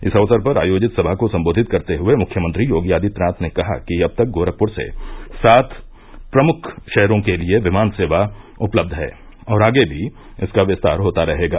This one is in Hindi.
इस अवसर पर आयोजित सभा को सम्बोधित करते हुये मुख्यमंत्री योगी आदित्यनाथ ने कहा कि अब तक गोरखपुर से सात प्रमुख शहरों के लिये विमान सेवा उपलब्ध है और आगे भी इसका विस्तार होता रहेगा